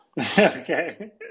Okay